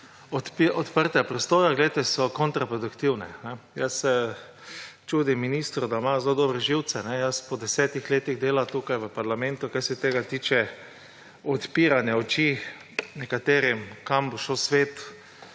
odprtega prostora, so kontraproduktivne. Čudim se ministru, da ima zelo dobre živce. Jaz po desetih letih dela tukaj v parlamentu, kar se tiče tega odpiranja oči nekaterim, kam bo šel svet,